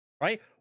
right